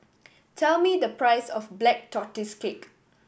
tell me the price of Black Tortoise Cake